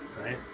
right